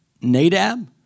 Nadab